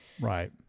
Right